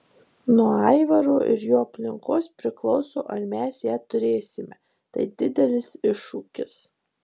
nuo aivaro ir jo aplinkos priklauso ar mes ją turėsime tai didelis iššūkis